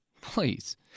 Please